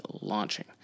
launching